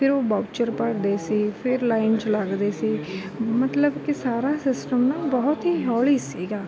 ਫਿਰ ਉਹ ਬਾਊਚਰ ਭਰਦੇ ਸੀ ਫਿਰ ਲਾਈਨ 'ਚ ਲੱਗਦੇ ਸੀ ਮਤਲਬ ਕਿ ਸਾਰਾ ਸਿਸਟਮ ਨਾ ਬਹੁਤ ਹੀ ਹੌਲੀ ਸੀਗਾ